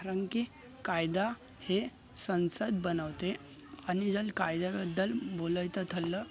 कारण की कायदा हे संसद बनवते आणि जर कायद्याबद्दल बोलायचं ठरलं